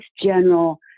general